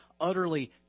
utterly